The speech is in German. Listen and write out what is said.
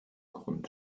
grund